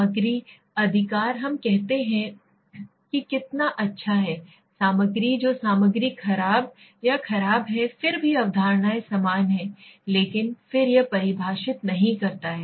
सामग्री अधिकार हम कहते हैं कि कितना अच्छा है सामग्री जो सामग्री खराब या खराब है फिर भी अवधारणाएं समान हैं लेकिन फिर यह परिभाषित नहीं करता है